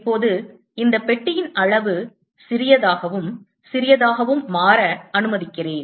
இப்போது இந்த பெட்டியின் அளவு சிறியதாகவும் சிறியதாகவும் மாற அனுமதிக்கிறேன்